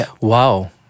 Wow